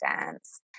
dance